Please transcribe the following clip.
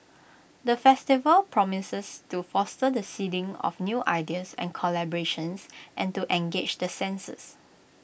the festival promises to foster the seeding of new ideas and collaborations and engage the senses